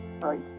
right